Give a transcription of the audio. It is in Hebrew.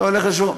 אתה הולך לשם,